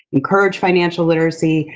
encourage financial literacy,